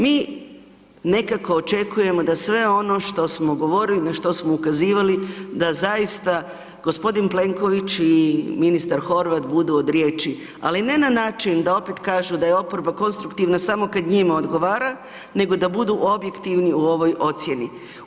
Mi nekako očekujemo da sve ono što smo govorili i na što smo ukazivali da zaista g. Plenković i ministar Horvat budu od riječi, ali ne na način da opet kažu da je oporba konstruktivna samo kad njima odgovara nego da budu objektivni u ovoj ocjeni.